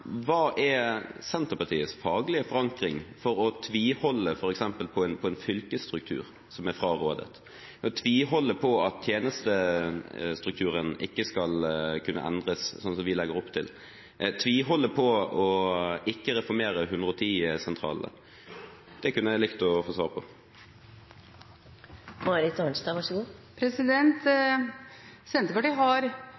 Hva er Senterpartiets faglige forankring for f.eks. å tviholde på en fylkesstruktur som er frarådet, å tviholde på at tjenestestrukturen ikke skal kunne endres slik som vi legger opp til, og å tviholde på ikke å reformere 110-sentralene? Det kunne jeg likt å få svar på. Senterpartiet har